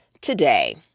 today